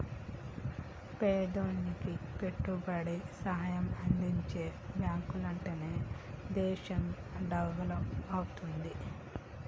పేదోనికి పెట్టుబడి సాయం అందించే బాంకులుంటనే దేశం డెవలపవుద్ది